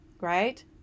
right